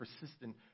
persistent